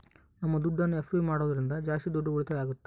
ನಮ್ ದುಡ್ಡನ್ನ ಎಫ್.ಡಿ ಮಾಡೋದ್ರಿಂದ ಜಾಸ್ತಿ ದುಡ್ಡು ಉಳಿತಾಯ ಆಗುತ್ತ